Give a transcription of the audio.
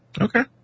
Okay